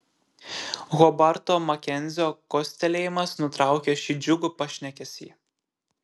hobarto makenzio kostelėjimas nutraukė šį džiugų pašnekesį